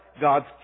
God's